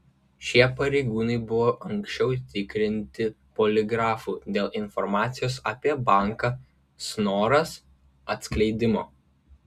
šie pareigūnai buvo anksčiau tikrinti poligrafu dėl informacijos apie banką snoras atskleidimo